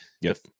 Yes